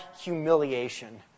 humiliation